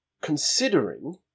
considering